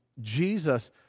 Jesus